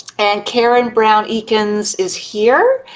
and karen brown eakins is here.